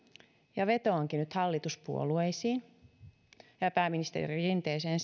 ja vetoankin nyt hallituspuolueisiin ja pääministeri rinteeseen